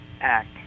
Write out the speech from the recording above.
act